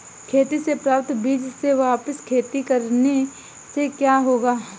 खेती से प्राप्त बीज से वापिस खेती करने से क्या होगा?